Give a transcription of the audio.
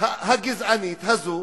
הגזענית הזו